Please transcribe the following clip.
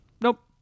nope